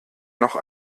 noch